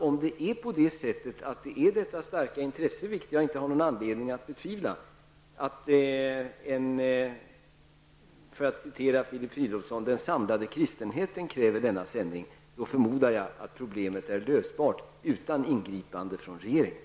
Om det är som Filip Fridolfsson säger, vilket jag inte har anledning att betvivla, att den samlade kristenheten kräver denna sändning, förmodar jag att det går att lösa problemet utan ingripande av regeringen.